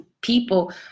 people